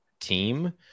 team